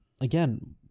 again